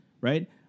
Right